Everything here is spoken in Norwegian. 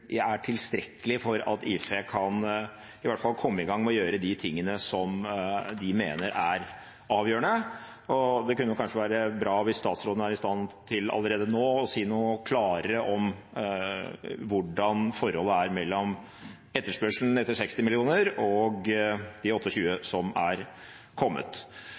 er tilstrekkelig for at IFE kan komme i gang med å gjøre de tingene som de mener er avgjørende. Det kunne kanskje være bra hvis statsråden er i stand til allerede nå å si noe klarere om hvordan forholdet er mellom etterspørselen etter 60 mill. kr og de 28 mill. kr som er kommet.